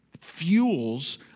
fuels